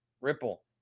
Ripple